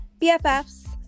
BFFs